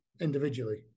individually